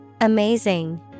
Amazing